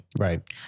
Right